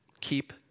keep